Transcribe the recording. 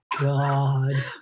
God